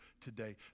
today